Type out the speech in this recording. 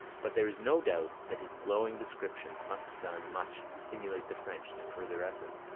but there is no doubt that his glowing descriptions must have done much to stimulate the french to further effort.